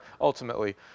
ultimately